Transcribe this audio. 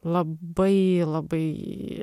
labai labai